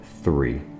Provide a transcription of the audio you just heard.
Three